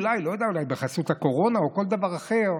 אולי בחסות הקורונה או כל דבר אחר,